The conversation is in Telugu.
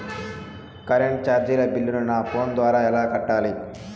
కరెంటు చార్జీల బిల్లును, నా ఫోను ద్వారా ఎలా కట్టాలి?